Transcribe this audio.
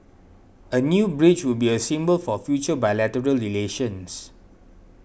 a new bridge would be a symbol for future bilateral relations